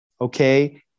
Okay